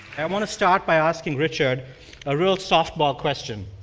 i want to start by asking richard a real softball question.